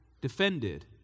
defended